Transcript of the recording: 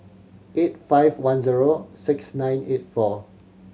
eight five one zero six nine eight four